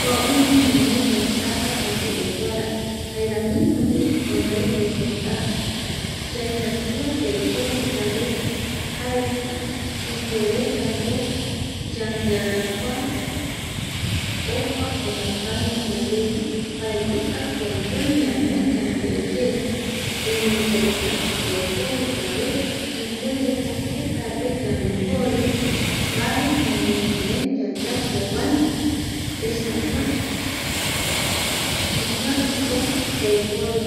Kua oime guinoi ventaja yandeveguara jaeramiñovi guinoi deventaja, yaikatua yaiporu yave jaereta ipueretako yandearakua opa omokañi yandegui mbaetita control ñanoi yandeye, erei yaikatu yaiporu yave ipuereko jetape yandembori mbae ñanekirei yayapota va esa kua ikaviko yaporuva